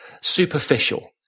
superficial